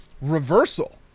reversal